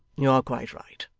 you are quite right.